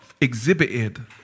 exhibited